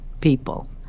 people